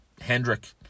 Hendrick